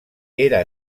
era